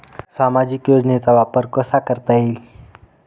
सामाजिक योजनेचा वापर कसा करता येईल?